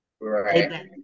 Right